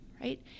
right